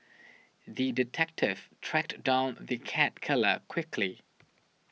the detective tracked down the cat killer quickly